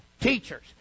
teachers